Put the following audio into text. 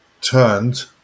turned